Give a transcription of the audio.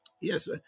Yes